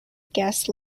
guest